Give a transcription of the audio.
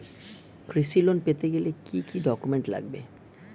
কৃষি লোন পেতে গেলে কি কি ডকুমেন্ট লাগবে?